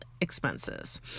expenses